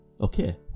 Okay